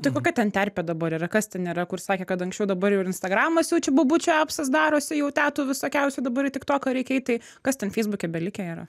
tai kokia ten terpė dabar yra kas ten yra kur sakė kad anksčiau dabar jau ir instagramas jau čia bobučių epsas darosi jau tetų visokiausių dabar į tiktoką reikia eit tai kas ten feisbuke belikę yra